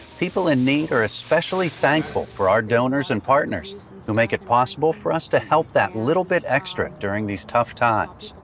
people in need are especially thankful for our donors and partners who make it possible for us do help that little bit extra during these tough times.